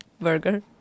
Burger